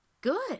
good